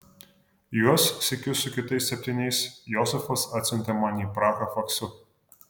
juos sykiu su kitais septyniais josifas atsiuntė man į prahą faksu